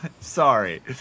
Sorry